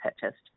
purchased